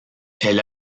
elle